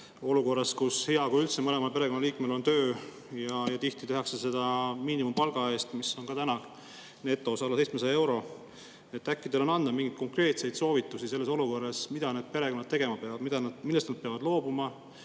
olukorras, kus hea kui üldse mõlemal perekonnaliikmel on töö, ja tihti tehakse seda miinimumpalga eest, mis on praegu netos alla 700 euro. On teil anda mingeid konkreetseid soovitusi selles olukorras, mida need perekonnad tegema peavad? Millest nad peavad loobuma